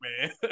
man